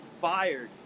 fired